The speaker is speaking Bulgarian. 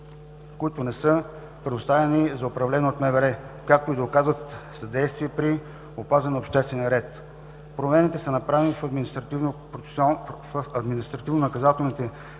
които не са предоставени за управление от МВР, както и да оказват съдействие при опазване на обществения ред. Промени са направени и в административнонаказателните